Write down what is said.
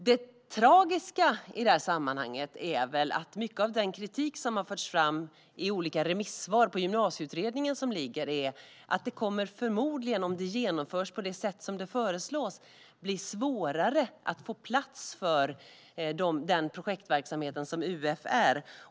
Det tragiska i detta sammanhang är väl att mycket av den kritik som har förts fram i olika remissvar till Gymnasieutredningen är att det förmodligen, om det genomförs på det sätt som föreslås, kommer att bli svårare att få plats med den projektverksamhet som UF är.